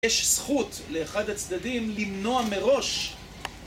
יש זכות לאחד הצדדים למנוע מראש